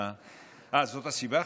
אה, זאת הסיבה?